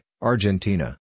Argentina